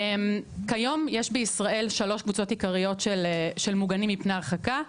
כיום יש בישראל שלוש קבוצות עיקריות של מוגנים מפני הרחקה.